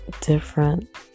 different